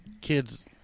kids